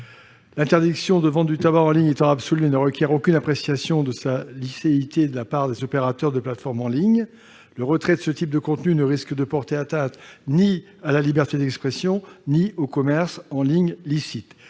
l'interdiction de vendre du tabac en ligne ne requiert aucune appréciation de licéité de la part des opérateurs de plateforme en ligne. Le retrait de ce type de contenus ne risque donc de porter atteinte ni à la liberté d'expression ni au commerce en ligne licite.